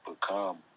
become